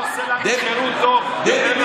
אתה עושה לנו שירות טוב --- "שמאלנים".